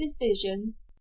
divisions